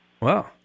Wow